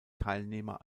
teilnehmer